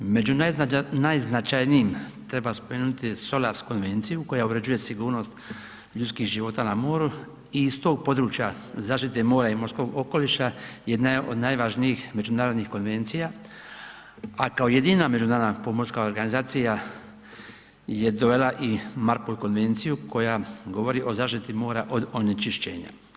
Među najznačajnijim treba spomenuti SOLAS konvenciju koja obrađuje sigurnost ljudskih života na moru i iz tog područja zaštite mora i morskog okoliša, jedna je od najvažnijih međunarodnih konvencija, a kao jedina međunarodna pomorska organizacija je dovela i MARPOL konvenciju koja govori o zaštiti mora od onečišćenja.